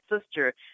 sister